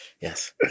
Yes